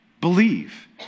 believe